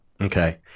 Okay